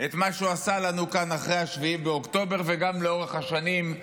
את מה שהוא עשה לנו כאן אחרי 7 באוקטובר וגם לאורך השנים,